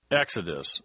Exodus